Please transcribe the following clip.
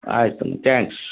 ಆಯಿತಮ್ಮ ತ್ಯಾಂಕ್ಸ್